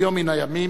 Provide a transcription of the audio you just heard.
ביום מן הימים,